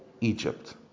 Egypt